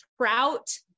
trout